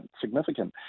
significant